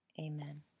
Amen